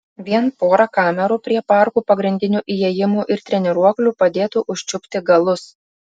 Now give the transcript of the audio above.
vien pora kamerų prie parkų pagrindinių įėjimų ir treniruoklių padėtų užčiupti galus